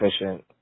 efficient